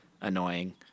annoying